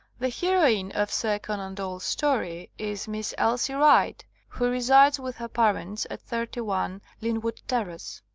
the heroine of sir conan doyle's story is miss elsie wright, who resides with her parents at thirty one lynwood terrace.